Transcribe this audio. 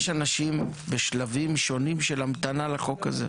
יש אנשים בשלבים שונים של המתנה לחוק הזה,